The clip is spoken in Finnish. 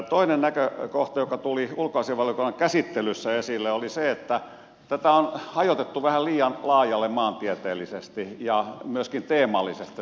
toinen näkökohta joka tuli ulkoasiainvaliokunnan käsittelyssä esille oli se että tätä meidän kehitysyhteistyötä on hajotettu vähän liian laajalle maantieteellisesti ja myöskin teemallisesti